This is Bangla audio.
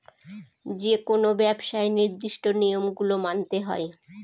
যেকোনো ব্যবসায় নির্দিষ্ট নিয়ম গুলো মানতে হয়